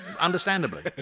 understandably